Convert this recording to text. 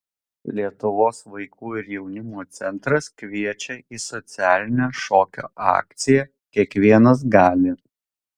lietuvos vaikų ir jaunimo centras kviečia į socialinę šokio akciją kiekvienas gali